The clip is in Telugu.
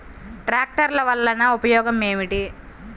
ట్రాక్టర్లు వల్లన ఉపయోగం ఏమిటీ?